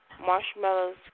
Marshmallows